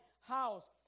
house